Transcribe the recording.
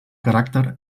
caràcter